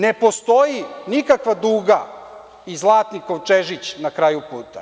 Ne postoji nikakva duga i zlatni kovčežić na kraju puta.